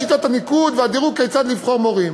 שיטת הניקוד והדירוג כיצד לבחור מורים.